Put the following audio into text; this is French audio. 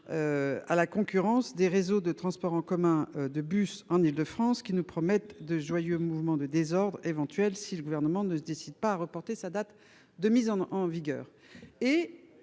À la concurrence des réseaux de transport en commun de bus en Île-de-France qui ne promettent de joyeux mouvement de désordre éventuel si le gouvernement ne se décide pas reporter sa date de mise en en vigueur